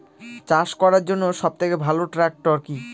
চাষ করার জন্য সবথেকে ভালো ট্র্যাক্টর কি?